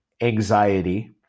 anxiety